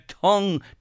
tongue